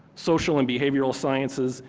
social and behavioral sciences,